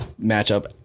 matchup